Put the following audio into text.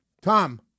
Tom